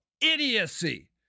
idiocy